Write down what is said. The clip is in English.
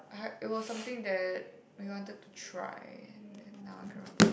I had it was something that we wanted to try and then now I can't remember